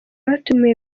abatumiwe